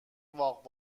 واق